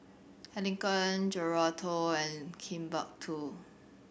Heinekein Geraldton and Timbuk Two